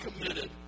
committed